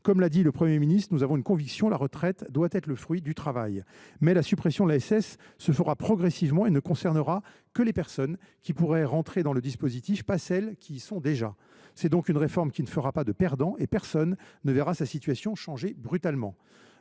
Comme l’a dit le Premier ministre, nous avons une conviction : la retraite doit être le fruit du travail. Mais la suppression de l’ASS se fera progressivement et ne concernera que les personnes qui pourraient entrer dans le dispositif, et non celles qui y sont déjà. C’est donc une réforme qui ne fera pas de perdants. Personne ne verra sa situation changer brutalement.